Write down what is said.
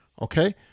okay